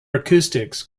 acoustics